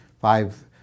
five